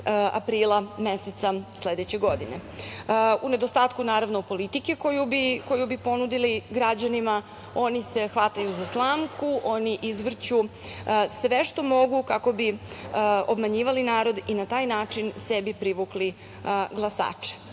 aprila meseca sledeće godine.U nedostatku naravno politike koju bi ponudili građanima, oni se hvataju za slamku, oni izvrću sve što mogu kako bi obmanjivali narod i na taj način sebi privukli glasače.